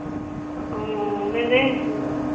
ᱚ ᱢᱮᱱᱫᱟᱹᱧ